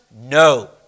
No